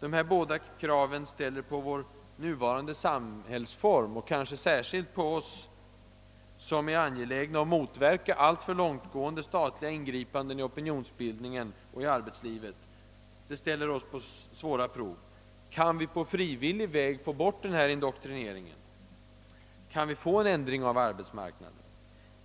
Dessa båda krav ställer vår nuvarande samhällsform — och kanske särskilt oss som är angelägna att motverka alltför långtgående statliga ingripanden i opinionsbildningen och arbetslivet — på svåra prov. Kan vi på frivillig väg få bort den här indoktrineringen? Kan vi få till stånd en ändring av arbetsmarknaden?